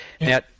Now